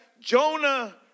Jonah